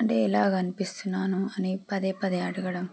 అంటే ఎలా కనిపిస్తున్నాను అని పదే పద అడగడం